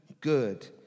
good